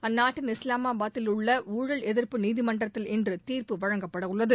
அந்நாட்டின் இஸ்லாமாபாதில் உள்ள ஊழல் எதிர்ப்பு நீதிமன்றத்தில் இன்று தீர்ப்பு வழங்கப்படவுள்ளது